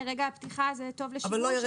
מרגע הפתיחה זה טוב לשימוש,